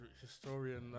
historian